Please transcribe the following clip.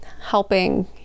helping